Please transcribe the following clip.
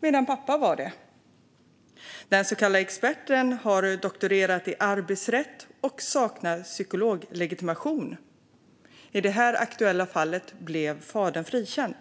men inte Jenny. Den så kallade experten hade doktorerat i arbetsrätt och saknade psykologlegitimation. I detta fall blev fadern frikänd.